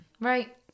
Right